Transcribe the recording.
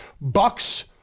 Bucks